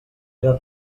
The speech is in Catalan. era